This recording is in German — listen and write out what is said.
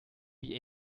wie